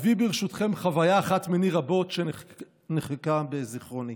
אביא ברשותכם חוויה אחת מני רבות שנחקקה בזיכרוני.